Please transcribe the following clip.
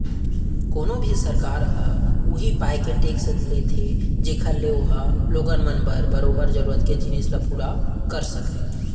कोनो भी सरकार ह उही पाय के टेक्स लेथे जेखर ले ओहा लोगन मन बर बरोबर जरुरत के जिनिस ल पुरा कर सकय